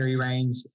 range